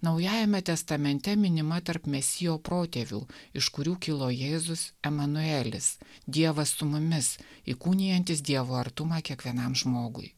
naujajame testamente minima tarp mesijo protėvių iš kurių kilo jėzus emanuelis dievas su mumis įkūnijantis dievo artumą kiekvienam žmogui